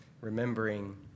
remembering